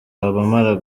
abamara